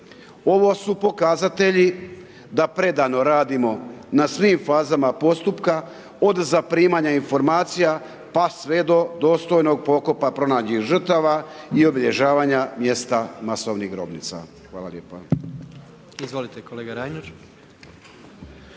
Ovo su pokazatelji da predano radimo na svim fazama postupka, od zaprimanja informacija, pa sve do dostojnog pokopa pronađenih žrtava i obilježavanja mjesta masovnih grobnica. Hvala lijepo.